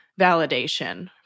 validation